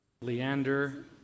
Leander